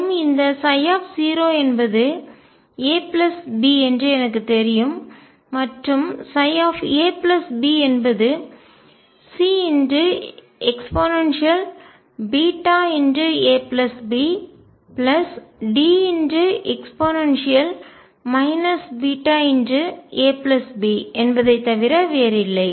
மேலும் இந்த ψ என்பது A B என்று எனக்குத் தெரியும் மற்றும் ψ a b என்பது CeβabDe βab என்பதை தவிர வேறில்லை